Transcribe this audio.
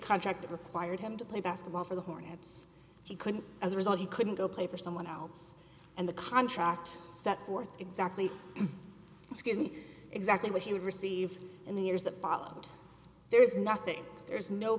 contract that required him to play basketball for the hornets he couldn't as a result he couldn't go play for someone else and the contract set forth exactly excuse me exactly what he would receive in the years that followed there is nothing there's no